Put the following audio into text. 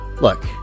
Look